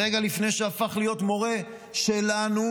רגע לפני שהפך להיות מורה שלנו,